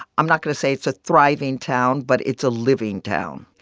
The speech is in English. i'm not going to say it's a thriving town, but it's a living town.